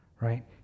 Right